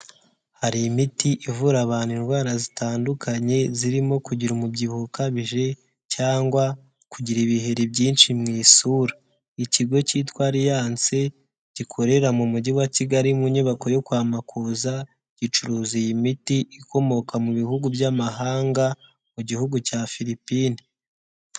Hari imiti ivura abantu indwara zitandukanye zirimo kugira umubyibuho ukabije cyangwa kugira ibiheri byinshi mu isura, ikigo cyitwa aliyansi gikorera mu mujyi wa kigali mu nyubako yo kwa Makuza gicuruza iyi miti ikomoka mu bihugu by'amahanga mu gihugu cya Philipine.